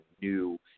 new